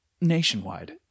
nationwide